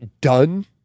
done